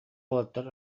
уолаттар